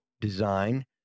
design